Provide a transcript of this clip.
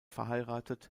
verheiratet